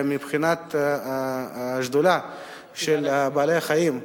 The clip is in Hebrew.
מבחינת השדולה למען בעלי-החיים,